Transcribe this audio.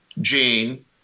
gene